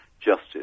justice